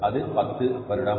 அது 10 வருடம்